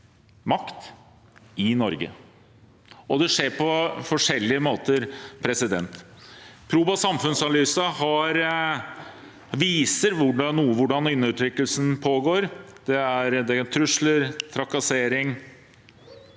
makt i Norge. Det skjer på forskjellige måter. Proba samfunnsanalyse viser hvordan undertrykkelsen pågår. Det er trusler, trakassering,